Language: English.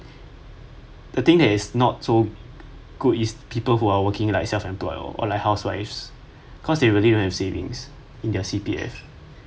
the thing has not so good is people who are working like self employ or like housewife cause they really don't have savings in their C_P_F